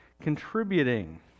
Contributing